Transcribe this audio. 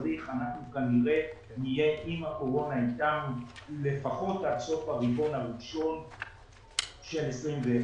אנחנו כנראה נהיה עם הקורונה לפחות עד סוף הרבעון הראשון של 2021,